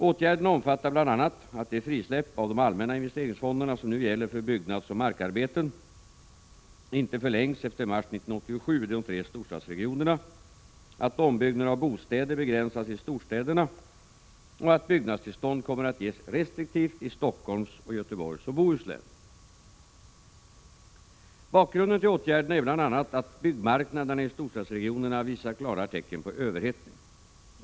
Åtgärderna omfattar bl.a. att det frisläpp av de allmänna investeringsfonderna som nu gäller för byggnadsoch markarbeten inte förlängs efter mars 1987 i de tre storstadsregionerna, att ombyggnader av bostäder begränsas i storstäderna och att byggnadstillstånd kommer att ges restriktivt i Stockholms län och i Göteborgs och Bohus län. Bakgrunden till åtgärderna är bl.a. att byggmarknaderna i storstadsregionerna visar klara tecken på överhettning.